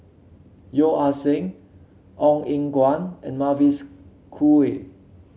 Yeo Ah Seng Ong Eng Guan and Mavis Khoo Oei